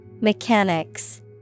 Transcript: Mechanics